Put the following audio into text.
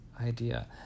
idea